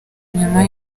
nyuma